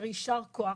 יישר כוח.